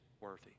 worthy